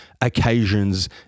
occasions